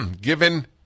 given